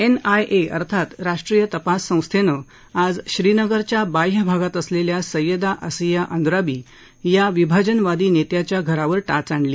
NIA अर्थात राष्ट्रीय तपास संस्थेनं आज श्रीनगरच्या बाह्य भागात असलेल्या सैयदा असिया अंद्राबी या विभाजनवादी नेत्याच्या घरावर टाच आणली